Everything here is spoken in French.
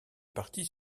parties